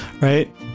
right